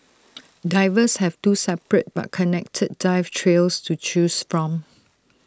divers have two separate but connected dive trails to choose from